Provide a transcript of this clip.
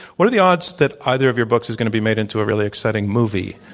what are the odds that either of your books is going to be made into a really exciting movie?